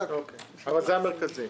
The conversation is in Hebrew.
זה הפלח המרכזי.